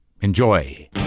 Enjoy